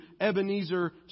Ebenezer